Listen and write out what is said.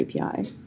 API